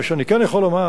מה שאני כן יכול לומר,